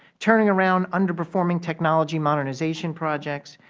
turning around underperforming technology modernization projects,